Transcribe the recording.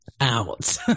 out